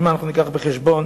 אם ניקח בחשבון